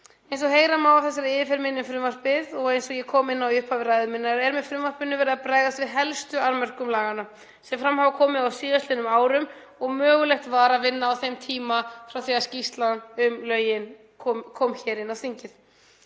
Eins og heyra má af þessari yfirferð minni og eins og ég kom inn á í upphafi ræðu minnar er með frumvarpinu verið að bregðast við helstu annmörkum laganna sem fram hafa komið á síðastliðnum árum og mögulegt var að vinna á þeim tíma frá því að skýrsla um lögin kom hér til þingsins.